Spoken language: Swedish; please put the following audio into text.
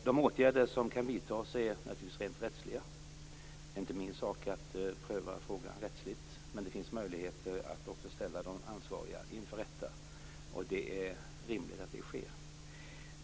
De åtgärder som kan vidtas är naturligtvis rättsliga. Det är inte min sak att pröva frågan rättsligt. Men det finns möjligheter att ställa de ansvariga inför rätta, och det är rimligt att så sker.